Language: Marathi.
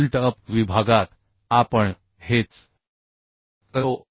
बिल्ट अप विभागात आपण हेच करतो